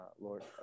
Lord